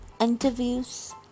interviews